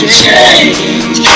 change